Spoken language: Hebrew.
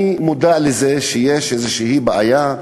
אני מודע לזה שיש איזו בעיה,